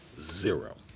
zero